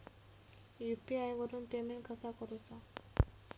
UPI वरून payment कसा करूचा?